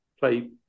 play